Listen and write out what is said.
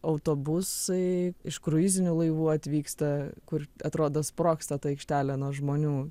autobusai iš kruizinių laivų atvyksta kur atrodo sprogsta ta aikštelė nuo žmonių